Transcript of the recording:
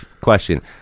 question